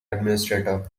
administrator